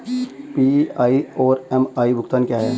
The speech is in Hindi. पी.आई और एम.आई भुगतान क्या हैं?